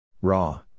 raw